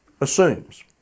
assumes